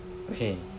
okay